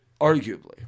arguably